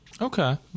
Okay